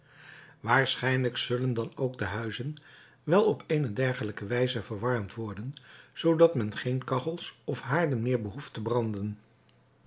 waarschijnlijk zullen dan ook de huizen wel op eene dergelijke wijze verwarmd worden zoodat men geen kachels of haarden meer behoeft te branden